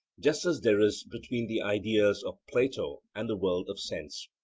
just as there is between the ideas of plato and the world of sense.